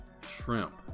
shrimp